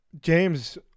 James